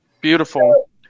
Beautiful